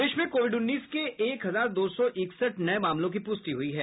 प्रदेश में कोविड उन्नीस के एक हजार दो सौ इकसठ नये मामलों की प्रष्टि हुई है